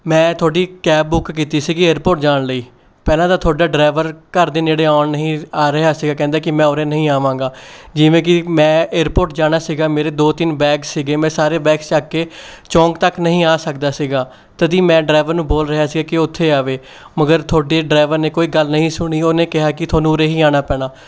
ਮੈਂ ਤੁਹਾਡੀ cab book ਕੀਤੀ ਸੀ ਏਅਰਪੋਰਟ ਜਾਣ ਲਈ ਪਹਿਲਾਂ ਤਾਂ ਤੁਹਾਡਾ ਡਰਾਈਵਰ ਘਰ ਦੇ ਨੇੜੇ ਆਉਣ ਨਹੀਂ ਆ ਰਿਹਾ ਸੀ ਕਹਿੰਦਾ ਕਿ ਮੈਂ ਉਰੇ ਨਹੀਂ ਆਵਾਂਗਾ ਜਿਵੇਂ ਕਿ ਮੈਂ ਏਅਰਪੋਰਟ ਜਾਣਾ ਸੀ ਮੇਰੇ ਦੋ ਤਿੰਨ ਬੈਗ ਸੀ ਮੈਂ ਸਾਰੇ ਬੈਗ ਚੱਕ ਕੇ ਚੌਂਕ ਤੱਕ ਨਹੀਂ ਆ ਸਕਦਾ ਸੀਗਾ ਤਦੀ ਮੈਂ ਡਰਾਈਵਰ ਨੂੰ ਬੋਲ ਰਿਹਾ ਸੀਗਾ ਕਿ ਉੱਥੇ ਆਵੇ ਮਗਰ ਤੁਹਾਡੇ ਡਰਾਈਵਰ ਨੇ ਕੋਈ ਗੱਲ ਨਹੀਂ ਸੁਣੀ ਉਹਨੇ ਕਿਹਾ ਕਿ ਤੁਹਾਨੂੰ ਉਰੇ ਹੀ ਆਉਣਾ ਪੈਣਾ